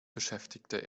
beschäftigte